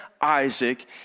Isaac